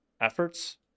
efforts